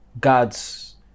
God's